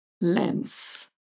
lens